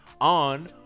on